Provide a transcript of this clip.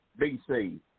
BC